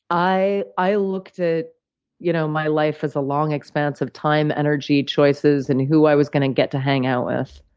i i looked at you know my life as a long expanse of time, energy, choices, and who i was gonna get to hang out with.